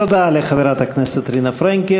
תודה לחברת הכנסת רינה פרנקל.